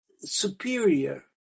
superior